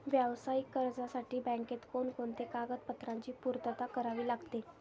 व्यावसायिक कर्जासाठी बँकेत कोणकोणत्या कागदपत्रांची पूर्तता करावी लागते?